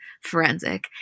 forensic